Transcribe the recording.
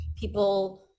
people